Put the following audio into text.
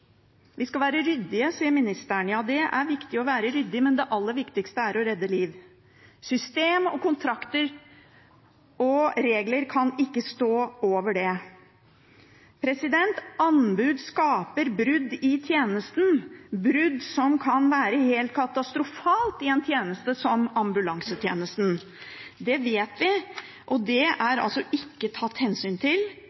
Vi skal være ryddige, sier ministeren. Ja, det er viktig å være ryddig, men det aller viktigste er å redde liv. System, kontrakter og regler kan ikke stå over det. Anbud skaper brudd i tjenesten, brudd som kan være helt katastrofale i en tjeneste som ambulansetjenesten. Det vet vi, og det er